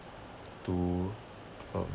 to um